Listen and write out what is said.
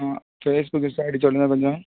ஆ Facebook Insta ID சொல்லுங்கள் கொஞ்சம்